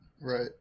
right